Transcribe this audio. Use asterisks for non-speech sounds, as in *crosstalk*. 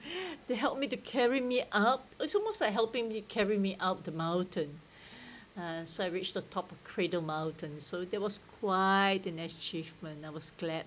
they help me to carry me up it's almost like helping me carry me up the mountain *breath* uh so I reached the top of cradle mountain so that was quite an achievement I was glad